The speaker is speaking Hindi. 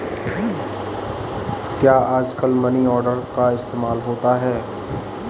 क्या आजकल मनी ऑर्डर का इस्तेमाल होता है?